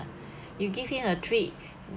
you give him a treat